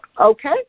Okay